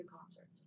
concerts